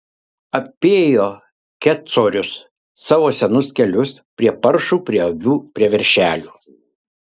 apėjo kecorius savo senus kelius prie paršų prie avių prie veršelių